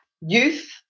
youth